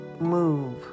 Move